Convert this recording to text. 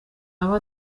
aba